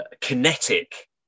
kinetic